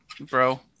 bro